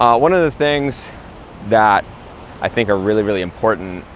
um one of the things that i think are really, really important